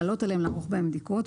לעלות עליהם ולערוך בהם בדיקות.